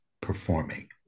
performing